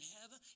heaven